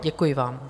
Děkuji vám.